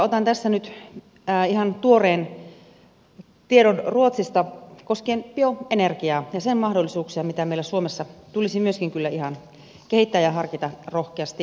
otan tässä nyt ihan tuoreen tiedon ruotsista koskien bioenergiaa ja sen mahdollisuuksia mitä meillä suomessa tulisi myöskin kyllä ihan kehittää ja harkita rohkeasti siihen on mahdollisuus